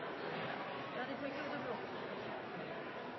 jeg er